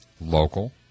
local